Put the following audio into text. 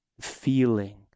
feeling